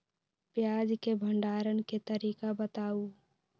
प्याज के भंडारण के तरीका बताऊ?